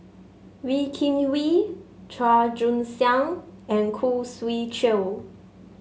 Wee Kim Wee Chua Joon Siang and Khoo Swee Chiow